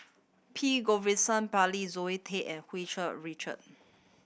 P Govindasamy Pillai Zoe Tay and Hu Tsu Richard